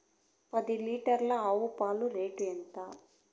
పది లీటర్ల ఆవు పాల రేటు ఎంత?